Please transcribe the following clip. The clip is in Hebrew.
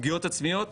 פגיעות עצמיות,